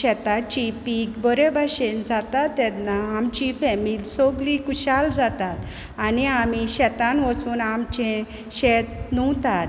शेताची पीक बरे भाशेन जाता तेदना आमची फॅमील सोगली कुशाल जातात आनी आमी शेतान वोसून आमचें शेत नुंवतात